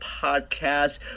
Podcast